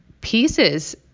pieces